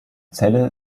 zelle